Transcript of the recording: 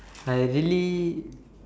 I really